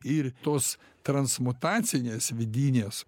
ir tos transmutacinės vidinės